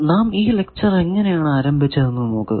നാം ഈ ലെക്ചർ എങ്ങനെ ആണ് ആരംഭിച്ചത് എന്ന് നോക്കുക